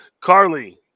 Carly